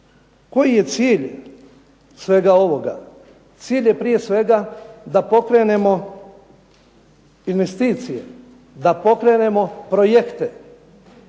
Koji je cilj svega ovoga? Cilj je prije svega da pokrenemo investicije, da pokrenemo projekte.